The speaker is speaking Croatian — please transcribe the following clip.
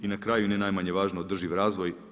I na kraju ni najmanje važno, održiv razvoj.